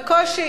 בקושי,